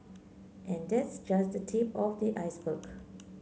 and that's just the tip of the iceberg